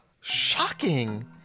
Shocking